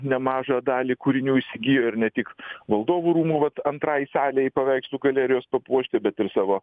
nemažą dalį kūrinių įsigijo ir ne tik valdovų rūmų vat antrai salei paveikslų galerijos papuošti bet ir savo